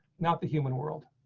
not the human world.